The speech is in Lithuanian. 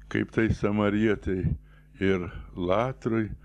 kaip tai samarietei ir latrui